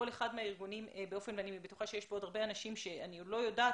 כל אחד מהארגונים ואני בטוחה שיש כאן עוד הרבה אנשים שאני עוד לא יודעת